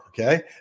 Okay